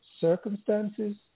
circumstances